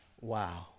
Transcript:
Wow